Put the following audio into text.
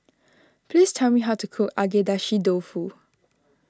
please tell me how to cook Agedashi Dofu